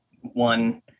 one